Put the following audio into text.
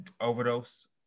overdose